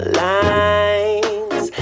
lines